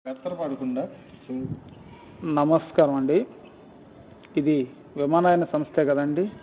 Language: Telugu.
టెన్షన్ పడకుండా నమస్కారమండి ఇది విమానయాన సంస్థే కదండి